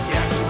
Yes